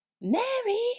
Mary